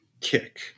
kick